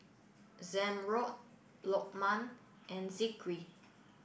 Zamrud Lokman and Zikri